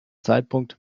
zeitpunkt